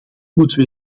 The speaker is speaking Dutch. moeten